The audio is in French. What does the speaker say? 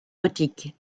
gothique